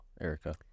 Erica